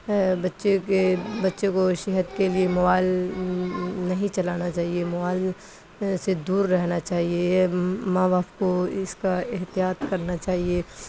بچے کے بچے کو صحت کے لیے موائل نہیں چلانا چاہیے موائل سے دور رہنا چاہیے یہ ماں باپ کو اس کا احتیاط کرنا چاہیے